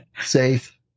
Safe